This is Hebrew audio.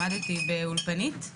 למדתי באולפנית,